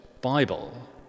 Bible